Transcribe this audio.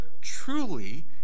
truly